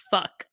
fuck